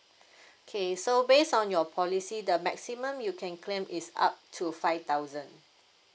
okay so based on your policy the maximum you can claim is up to five thousand